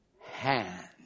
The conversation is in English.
hand